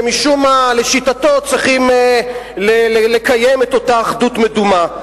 שמשום מה לשיטתו צריכים לקיים את אותה אחדות מדומה.